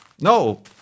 No